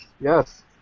Yes